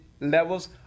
levels